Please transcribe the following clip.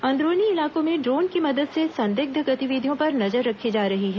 अंदरूनी इलाकों में ड्रोन की मदद से संदिग्ध गतिविधियों पर नजर रखी जा रही है